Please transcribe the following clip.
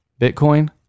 Bitcoin